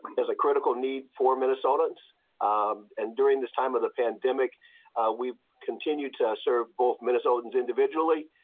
there's a critical need for minnesotans um and during this time of the pandemic we continue to serve both minnesotans individually.